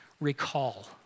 recall